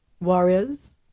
Warriors